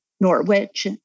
Norwich